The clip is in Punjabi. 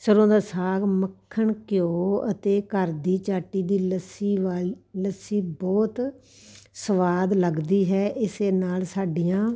ਸਰ੍ਹੋਂ ਦਾ ਸਾਗ ਮੱਖਣ ਘਿਓ ਅਤੇ ਘਰ ਦੀ ਚਾਟੀ ਦੀ ਲੱਸੀ ਵਲ ਲੱਸੀ ਬਹੁਤ ਸਵਾਦ ਲੱਗਦੀ ਹੈ ਇਸੇ ਨਾਲ ਸਾਡੀਆਂ